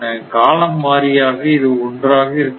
காலம் வாரியாக இது ஒன்றாக இருக்க வேண்டும்